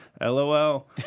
lol